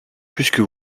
puisque